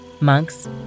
monks